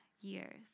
years